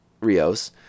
Rios